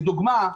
לדוגמה,